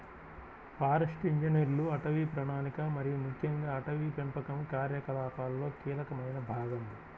forest ఇంజనీర్లు అటవీ ప్రణాళిక మరియు ముఖ్యంగా అటవీ పెంపకం కార్యకలాపాలలో కీలకమైన భాగం